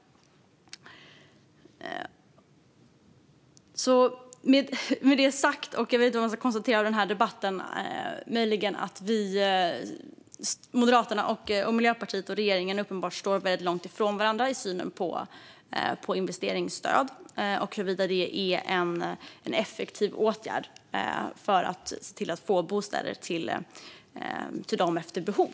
Med det sagt kan jag konstatera att den här debatten visar att Moderaterna uppenbarligen står väldigt långt ifrån Miljöpartiet och regeringen i synen på investeringsstöd och huruvida det är en effektiv åtgärd för att få till stånd bostäder efter behov.